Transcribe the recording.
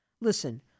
Listen